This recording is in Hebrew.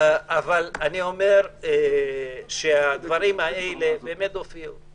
אני אומר שהדברים האלה באמת הופיעו.